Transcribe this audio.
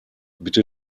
bitte